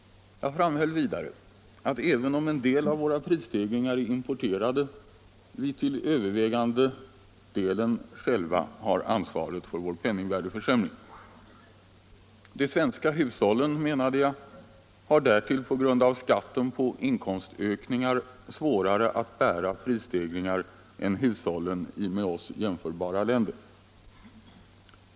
Jag framhöll vidare att — även om en del av våra prisstegringar är importerade — vi till övervägande delen själva har ansvaret för vår penningvärdeförsämring. De svenska hushållen, menade jag, har därtill på grund av skatten på inkomstökningar svårare att bära prisstegringar än hushållen i med oss jämförbara länder.